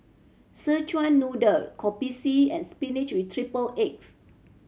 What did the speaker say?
Szechuan Noodle Kopi C and spinach with triple eggs